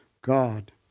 God